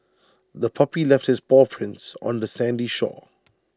the puppy left its paw prints on the sandy shore